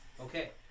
Okay